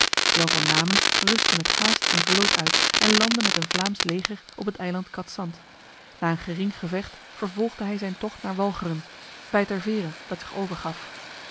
jan van namen rustte met haast een vloot uit en landde met een vlaams leger op het eiland cadzand na een gering gevecht vervolgde hij zijn tocht naar walcheren bij ter vere dat zich overgaf